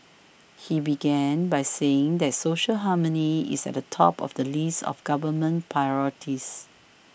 he began by saying that social harmony is at the top of the list of government priorities